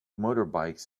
motorbikes